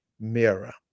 Mirror